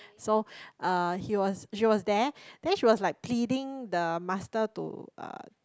so uh he was she was there then she was like pleading the master to uh